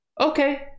okay